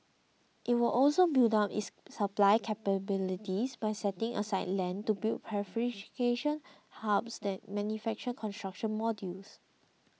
it will also build up its supply capabilities by setting aside land to build prefabrication hubs that manufacture construction modules